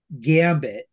Gambit